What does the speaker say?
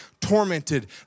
tormented